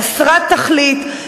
חסרת תכלית,